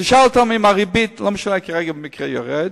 תשאל אותם אם הריבית, לא משנה כרגע אם היא יורדת,